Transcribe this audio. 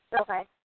Okay